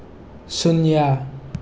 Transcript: ꯁꯨꯟꯌꯥ